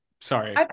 Sorry